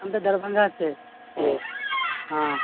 हम तऽ दरभंगासँ छियै हँ